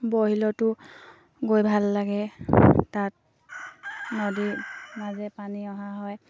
গৈ ভাল লাগে তাত নদী মাজে পানী অহা হয়